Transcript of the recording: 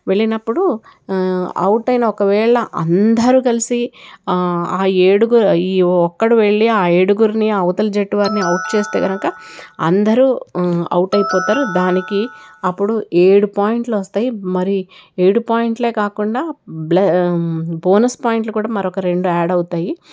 వెళ్ళినప్పుడు అవుట్ అయిన ఒకవేళ అందరూ కలిసి ఆ ఏడుగురు ఈ ఒక్కడు వెళ్ళి ఆ ఏడుగురిని అవతలి జట్టు వారిని అవుట్ చేస్తే కనుక అందరూ అవుట్ అయిపోతారు దానికి అప్పుడు ఏడు పాయింట్లు వస్తాయి మరి ఏడు పాయింట్లే కాకుండా బ్ల బోనస్ పాయింట్లు కూడా మరొక రెండు యాడ్ అవుతాయి